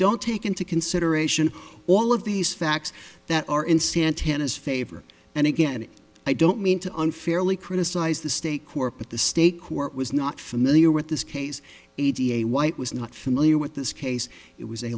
don't take into consideration all of these facts that are in santana's favor and again i don't mean to unfairly criticized the state court but the state court was not familiar with this case a da white was not familiar with this case it was a